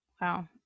Wow